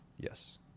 yes